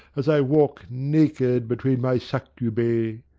as i walk naked between my succubae.